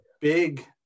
big